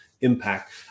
impact